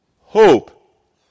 hope